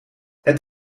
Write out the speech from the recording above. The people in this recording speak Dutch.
het